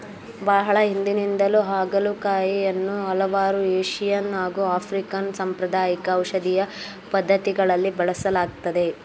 ಬಹಳ ಹಿಂದಿನಿಂದಲೂ ಹಾಗಲಕಾಯಿಯನ್ನು ಹಲವಾರು ಏಶಿಯನ್ ಹಾಗು ಆಫ್ರಿಕನ್ ಸಾಂಪ್ರದಾಯಿಕ ಔಷಧೀಯ ಪದ್ಧತಿಗಳಲ್ಲಿ ಬಳಸಲಾಗ್ತದೆ